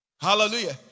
Hallelujah